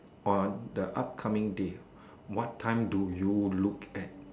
on the upcoming day what time do you look at